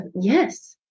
Yes